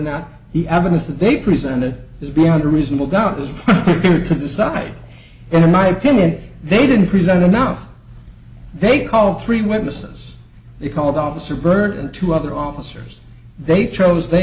not he evidence that they presented is beyond reasonable doubt is going to decide in my opinion they didn't present enough they call three witnesses they called officer byrd and two other officers they chose they